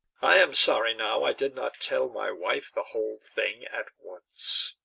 i am sorry now i did not tell my wife the whole thing at once.